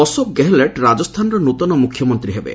ଅଶୋକ ଗେହେଲଟ୍ ରାଜସ୍ଥାନର ନୂତନ ମୁଖ୍ୟମନ୍ତ୍ରୀ ହେବେ